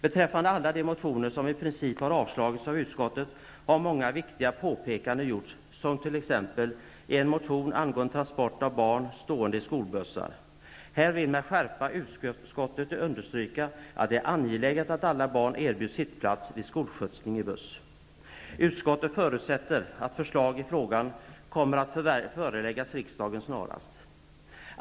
Beträffande alla motioner, som i princip har avstyrkts av utskottet, har många viktiga påpekanden gjorts. Exempelvis handlar en motion angående transport av barn stående i skolbusssar. Här vill utskottet med skärpa understryka att det är angeläget att alla barn erbjuds sittplats vid skolskjutsning med buss. Utskottet förutsätter att förslag i frågan kommer att föreläggas riksdagen snarast.